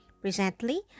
Presently